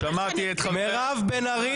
מירב,